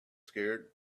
scared